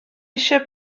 eisiau